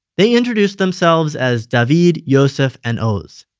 they introduced themselves as david, yoseph and oz.